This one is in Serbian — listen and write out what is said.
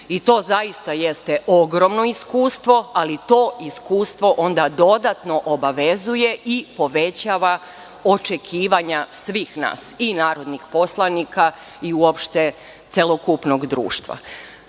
To zaista jeste ogromno iskustvo, ali to iskustvo onda dodatno obavezuje i povećava očekivanja svih nas, i narodnih poslanika, ali i uopšte celokupnog društva.